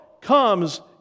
comes